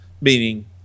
meaning